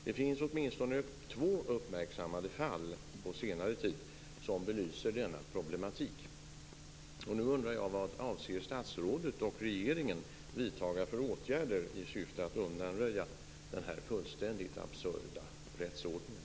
Det finns åtminstone två uppmärksammade fall på senare tid som belyser denna problematik. Nu undrar jag: Vad avser statsrådet och regeringen vidta för åtgärder i syfte att undanröja denna fullständigt absurda rättsordning?